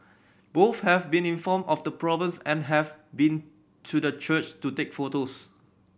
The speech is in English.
both have been informed of the problems and have been to the church to take photos